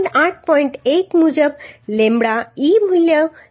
1 મુજબ lambda e મૂલ્ય 0